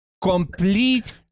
complete